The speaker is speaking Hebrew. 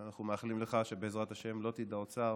אנחנו מאחלים לך שבעזרת השם לא תדע עוד צער,